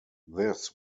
this